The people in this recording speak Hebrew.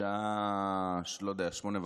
בשעה 08:30,